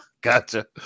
Gotcha